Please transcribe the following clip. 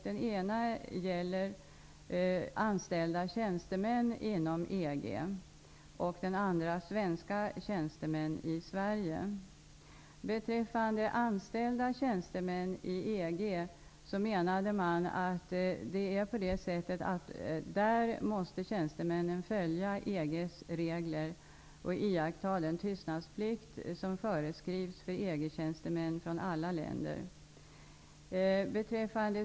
Den ena gäller anställda tjänstemän inom EG, den andra svenska tjänstemän i Sverige. Beträffande anställda tjänstemän inom EG menade man att dessa måste följa EG:s regler och iaktta den tystnadsplikt som föreskrivs för EG-tjänstemän från alla länder.